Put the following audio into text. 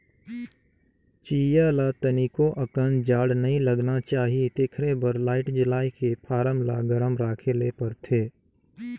चीया ल तनिको अकन जाड़ नइ लगना चाही तेखरे बर लाईट जलायके फारम ल गरम राखे ले परथे